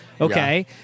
Okay